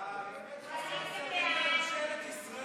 הודעת הממשלה על צירוף שר